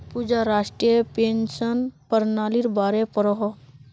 पूजा राष्ट्रीय पेंशन पर्नालिर बारे पढ़ोह